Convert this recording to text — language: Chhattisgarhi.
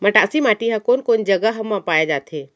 मटासी माटी हा कोन कोन जगह मा पाये जाथे?